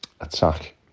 attack